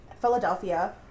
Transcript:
Philadelphia